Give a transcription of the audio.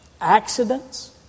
accidents